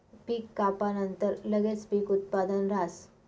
पीक कापानंतर लगेच पीक उत्पादन राहस